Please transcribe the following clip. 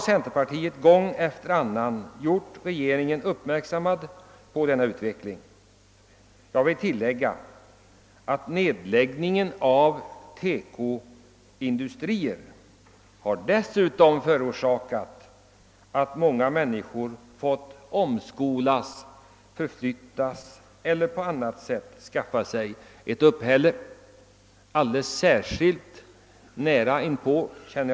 Centerpartiet har gång efter annan gjort regeringen uppmärksam på denna utveckling. Jag vill tillägga att nedläggningen av TEKO-industrier dessutom har förorsakat att många människor fått omskolas eller förflyttas eller skaffat sig ett uppehälle på något annat område.